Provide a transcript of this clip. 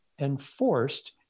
enforced